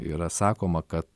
yra sakoma kad